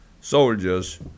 soldiers